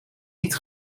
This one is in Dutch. niet